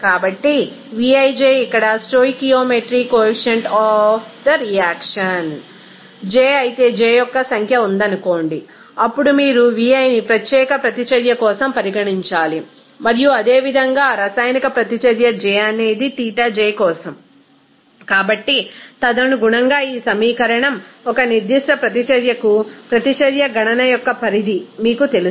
కాబట్టి vij ఇక్కడ stoichiometry coefficient of the reaction j అయితే j యొక్క సంఖ్య ఉందనుకోండి అప్పుడు మీరు vi ని ప్రత్యేక ప్రతిచర్య కోసం పరిగణించాలి మరియు అదేవిధంగా ఆ రసాయనిక ప్రతిచర్య j అనేది ξj కోసం కాబట్టి తదనుగుణంగా ఈ సమీకరణం ఒక నిర్దిష్ట ప్రతిచర్యకు ప్రతిచర్య గణన యొక్క పరిధి మీకు తెలుసు